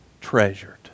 treasured